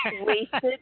wasted